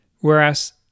Whereas